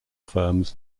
firms